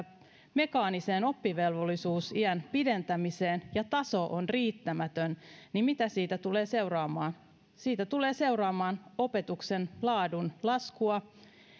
mekaaniseen oppivelvollisuusiän pidentämiseen ja taso on riittämätön niin mitä siitä tulee seuraamaan siitä tulee seuraamaan opetuksen laadun laskua